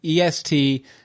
est